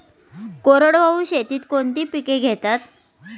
कोरडवाहू शेतीत कोणती पिके घेतात?